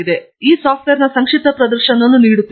ನಾನು ಈ ಸಾಫ್ಟ್ವೇರ್ನ ಸಂಕ್ಷಿಪ್ತ ಪ್ರದರ್ಶನವನ್ನು ಮಾಡುತ್ತೇನೆ